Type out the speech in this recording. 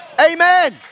Amen